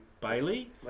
Bailey